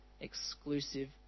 exclusive